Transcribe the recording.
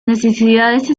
necesidades